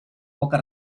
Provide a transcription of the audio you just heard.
poca